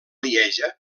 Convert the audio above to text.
lieja